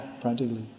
practically